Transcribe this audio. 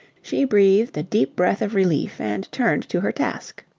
she breathed a deep breath of relief and turned to her task.